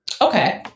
Okay